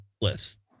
list